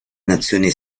nazioni